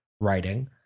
writing